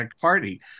Party